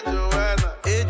Joanna